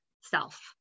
self